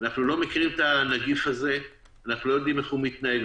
אנחנו לא מכירים את הנגיף הזה ואנחנו לא יודעים איך הוא מתנהג.